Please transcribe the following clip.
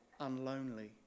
unlonely